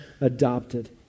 adopted